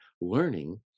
learning